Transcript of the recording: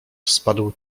spadł